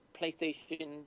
PlayStation